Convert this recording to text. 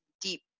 deep